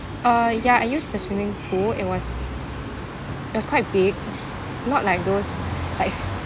uh ya I used the swimming pool it was it was quite big not like those like